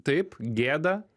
taip gėda